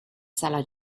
sala